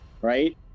Right